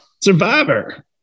Survivor